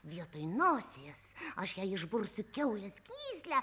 vietoj nosies aš išbursiu kiaulės knyslę